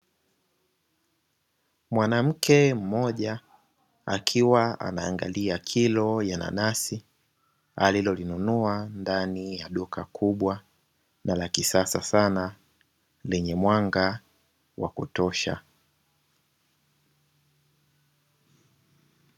Mwanamke mmoja akiwa anaangalia kilo ya nanasi alilolinunua ndani ya duka kubwa na la kisasa sana, lenye mwanga wa kutosha.